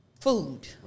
food